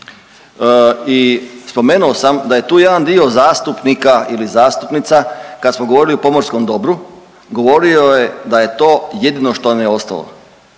i spomenuo sam da je tu jedan dio zastupnika ili zastupnica kad samo govorili o pomorskom dobru govorio je da je to jedino što nam je ostalo.